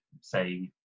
say